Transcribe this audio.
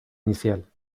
inicial